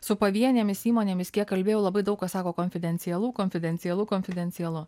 su pavienėmis įmonėmis kiek kalbėjau labai daug kas sako konfidencialu konfidencialu konfidencialu